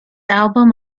album